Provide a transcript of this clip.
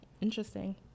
interesting